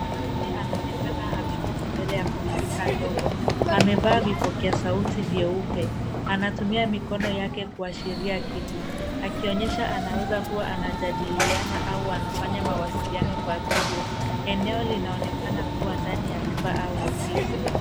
Mwanaume anaonekana ameketi mbele ya kompyuta ndogo. Amevaa vipokea sauti vyeupe. Anatumia mikono yake kuashiria kitu, akionyesha anaweza kuwa anajadiliana au anafanya mawasiliano kwa video . Eneo linaonekana kuwa ndani ya nyumba au ofisi.